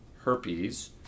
herpes